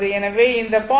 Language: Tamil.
எனவே இந்த 0